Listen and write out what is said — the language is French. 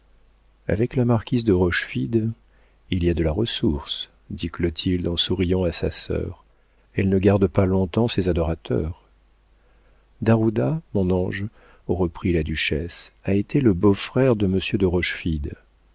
avec la marquise de rochefide il y a de la ressource dit clotilde en souriant à sa sœur elle ne garde pas longtemps ses adorateurs d'ajuda mon ange reprit la duchesse a été le beau-frère de monsieur de